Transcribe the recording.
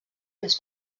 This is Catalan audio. més